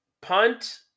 punt